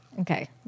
Okay